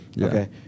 Okay